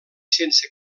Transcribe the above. sense